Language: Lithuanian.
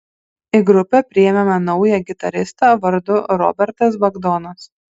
į grupę priėmėme naują gitaristą vardu robertas bagdonas